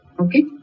Okay